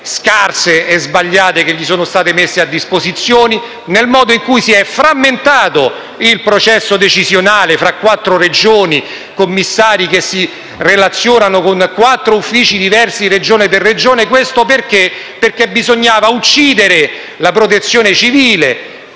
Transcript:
scarse e sbagliate che gli sono state messe a disposizione, nel modo in cui si è frammentato il processo decisionale fra quattro Regioni, con commissari che si sono relazionati con quattro uffici diversi, Regione per Regione. E ciò è accaduto perché bisognava uccidere la Protezione civile